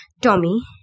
Tommy